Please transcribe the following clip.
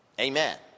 Amen